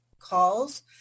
calls